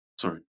sorry